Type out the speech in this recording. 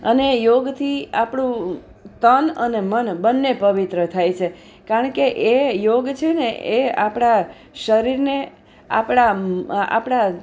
અને યોગથી આપણું તન અને મન બંને પવિત્ર થાય છે કારણકે એ યોગ છે ને એ આપણાં શરીરને આપણાં આપણાં